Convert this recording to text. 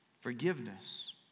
Forgiveness